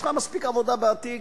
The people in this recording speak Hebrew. יש לך מספיק עבודה בתיק